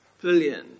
billion